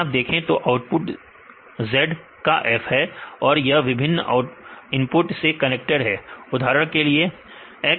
अगर आप देखें तो आउटपुट z का f है और यह विभिन्न इनपुट से कनेक्टेड है उदाहरण के लिए x x2 x3